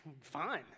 Fine